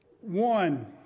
One